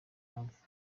hafi